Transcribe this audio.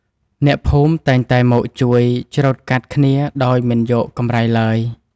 អ្នកភូមិតែងតែមកជួយច្រូតកាត់គ្នាដោយមិនយកកម្រៃឡើយ។